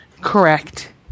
correct